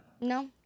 No